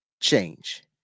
change